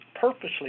purposely